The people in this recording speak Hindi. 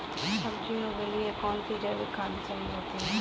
सब्जियों के लिए कौन सी जैविक खाद सही होती है?